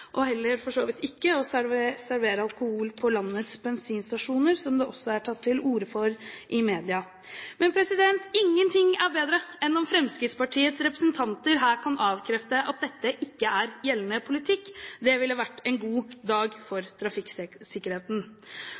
og for så vidt heller ikke å servere alkohol på landets bensinstasjoner, som det også er tatt til orde for i media. Men ingenting er bedre enn om Fremskrittspartiets representanter her kan avkrefte at dette er gjeldende politikk. Det ville vært en god dag for